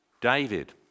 David